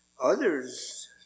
others